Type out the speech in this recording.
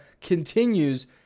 continues